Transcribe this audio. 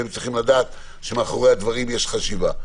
והם צריכים לדעת שמאחורי הדברים יש חשיבה.